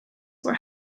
were